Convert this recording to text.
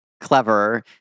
clever